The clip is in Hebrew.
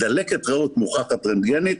דלקת ריאות מוכחת רטנגנית,